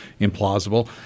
implausible